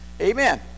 Amen